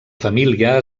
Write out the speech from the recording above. família